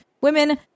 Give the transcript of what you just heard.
women